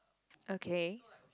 okay